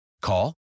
Call